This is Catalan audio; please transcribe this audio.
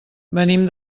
venim